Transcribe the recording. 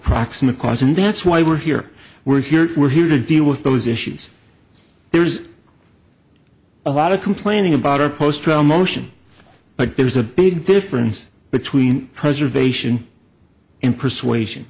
proximate cause and that's why we're here we're here we're here to deal with those issues there's a lot of complaining about our post trial motion but there's a big difference between preservation and persuasion